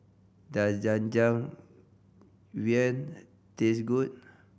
does taste good